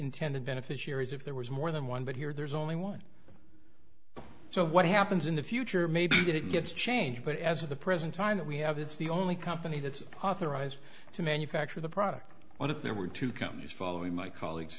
intended beneficiaries if there was more than one but here there's only one so what happens in the future may be good it gets changed but as at the present time that we have it's the only company that's authorized to manufacture the product when if there were two companies following my colleagues